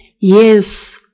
yes